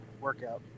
workout